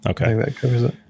Okay